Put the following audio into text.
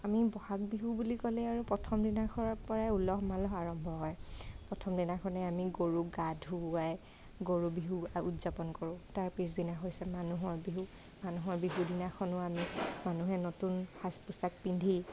আমি বহাগ বিহু বুলি ক'লে আৰু প্ৰথম দিনাখনৰ পৰাই উলহ মালহ আৰম্ভ হয় প্ৰথমদিনাখনেই আমি গৰুক গা ধুওৱাই গৰু বিহু উদযাপন কৰোঁ তাৰ পিছদিনা হৈছে মানুহৰ বিহু মানুহৰ বিহু দিনাখনো আমি মানুহে নতুন সাজ পোচাক পিন্ধি